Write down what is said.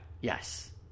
Yes